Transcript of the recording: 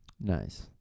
nice